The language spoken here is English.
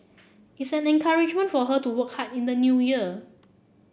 it's an encouragement for her to work hard in the New Year